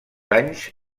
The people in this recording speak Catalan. anys